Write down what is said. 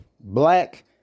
black